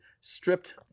stripped